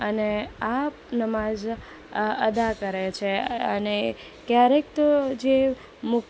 અને આ નમાઝ અદા કરે છે અને ક્યારેક તો જે મુખ